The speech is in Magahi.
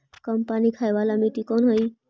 कम पानी खाय वाला मिट्टी कौन हइ?